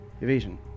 Evasion